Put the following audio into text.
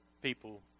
people